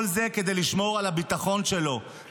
כל זה כדי לשמור על הביטחון שלו,